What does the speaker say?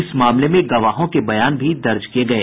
इस मामले में गवाहों के बयान भी दर्ज किये गये